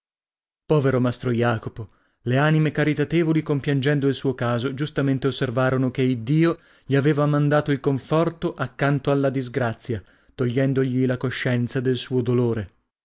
povero mastro jacopo le anime caritatevoli compiangendo il suo caso giustamente osservarono che iddio gli aveva mandato il conforto accanto alla disgrazia togliendogli la coscienza del suo dolore